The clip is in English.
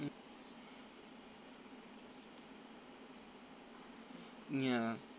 ya